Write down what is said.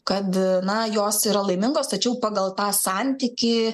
kad na jos yra laimingos tačiau pagal tą santykį